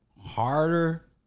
harder